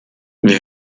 wir